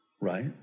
right